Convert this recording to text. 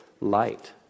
light